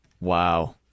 Wow